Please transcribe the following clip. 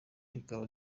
rikaba